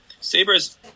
Sabres